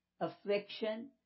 affliction